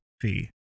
fee